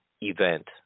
event